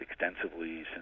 extensively